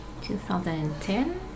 2010